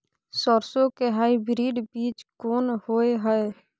सरसो के हाइब्रिड बीज कोन होय है?